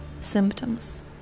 symptoms